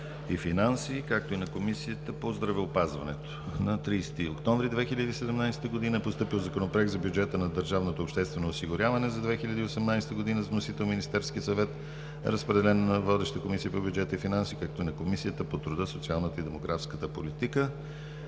и финанси, както и на Комисията по здравеопазване. На 30 октомври 2017 г. е постъпил Законопроект за бюджета на държавното обществено осигуряване за 2018 г. Вносител е Министерският съвет. Разпределен е на водещата Комисия по бюджет и финанси, както и на Комисията по труда, социалната и демографската политика.